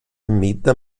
middag